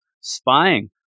spying